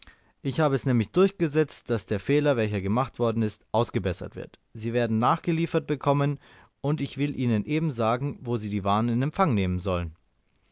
ich habe es nämlich durchgesetzt daß der fehler welcher gemacht worden ist ausgebessert wird sie werden nachgeliefert bekommen und ich will ihnen eben sagen wo sie die waren in empfang nehmen sollen